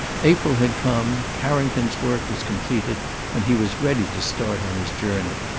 april had come. carrington's work was completed and he was ready to start on his journey.